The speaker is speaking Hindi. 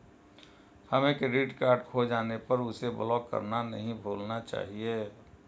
हमें क्रेडिट कार्ड खो जाने पर उसे ब्लॉक करना नहीं भूलना चाहिए